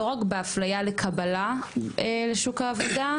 לא רק באפליה בקבלה לשוק העבודה,